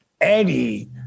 Eddie